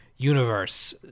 universe